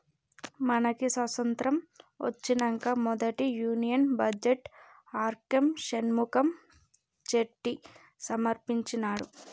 మనకి స్వతంత్రం ఒచ్చినంక మొదటి union budget R K Shanmukham Chetty సమర్పించినాడు